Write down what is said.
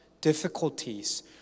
difficulties